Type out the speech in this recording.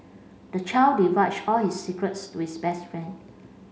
the child divulged all his secrets to his best friend